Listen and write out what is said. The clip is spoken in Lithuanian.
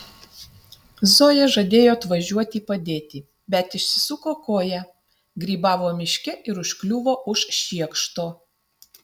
zoja žadėjo atvažiuoti padėti bet išsisuko koją grybavo miške ir užkliuvo už šiekšto